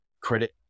credit